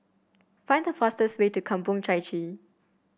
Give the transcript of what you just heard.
find the fastest way to Kampong Chai Chee